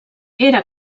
era